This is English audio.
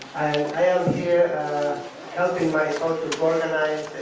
here helping my organize